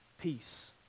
Peace